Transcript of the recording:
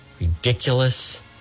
Ridiculous